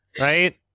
right